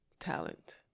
talent